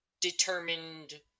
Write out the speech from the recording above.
determined